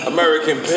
American